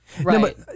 Right